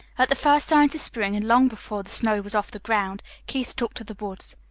at the first signs of spring, and long before the snow was off the ground, keith took to the woods.